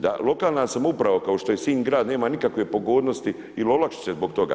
Da lokalna samouprava, kao što je Sinj grad, nema nikakve pogodnosti ili olakšice zbog toga.